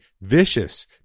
vicious